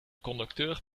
conducteur